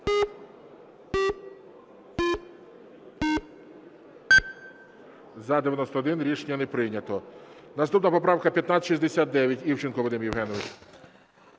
За-91 Рішення не прийнято. Наступна поправка 1569. Івченко Вадим Євгенович.